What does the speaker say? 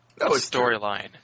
storyline